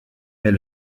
mais